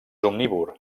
omnívor